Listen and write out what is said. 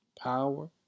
power